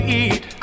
eat